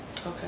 Okay